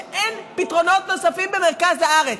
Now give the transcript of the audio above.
שאין פתרונות נוספים במרכז הארץ.